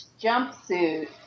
Jumpsuit